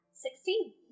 Sixteen